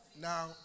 Now